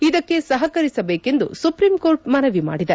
ಇದಕ್ಕೆ ಸಹಕರಿಸಬೇಕೆಂದು ಸುಪ್ರೀಂಕೋರ್ಟ್ ಮನವಿ ಮಾಡಿದೆ